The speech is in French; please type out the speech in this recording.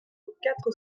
quatre